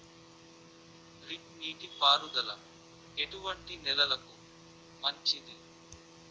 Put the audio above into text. Drip నీటి పారుదల ఎటువంటి నెలలకు మంచిది?